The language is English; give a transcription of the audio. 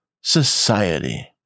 society